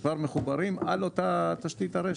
שכבר מחוברים על אותה תשתית הרשת,